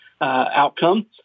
outcome